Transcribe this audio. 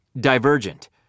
Divergent